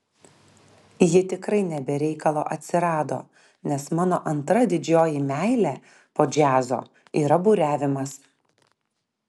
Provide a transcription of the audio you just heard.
ji tikrai ne be reikalo atsirado nes mano antra didžioji meilė po džiazo yra buriavimas